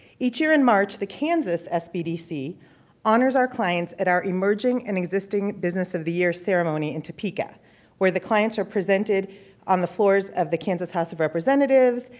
each year in march, the kansas sbdc honors our clients at our emerging and existing business of the year ceremony in topeka where the clients are presented on the floors of the kansas house of representatives,